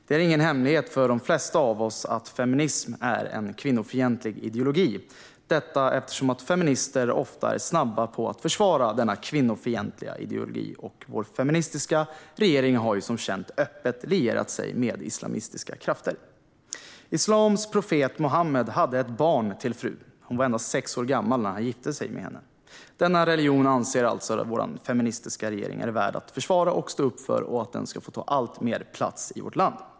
Det är ingen hemlighet för de flesta av oss att feminism är en kvinnofientlig ideologi, eftersom feminister ofta är snabba att försvara denna kvinnofientliga ideologi. Vår feministiska regering har som känt öppet lierat sig med islamistiska krafter. Islams profet Muhammed hade ett barn till fru. Hon var endast sex år gammal när han gifte sig med henne. Denna religion anser alltså vår feministiska regering är värd att försvara och stå upp för, och den ska få ta alltmer plats i vårt land.